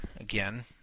Again